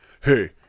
hey